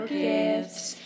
gifts